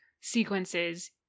sequences